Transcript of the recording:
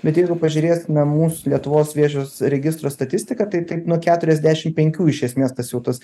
bet jeigu pažiūrėsime mūsų lietuvos vėžio s registro statistiką tai taip nuo keturiasdešim penkių iš esmės tas jau tas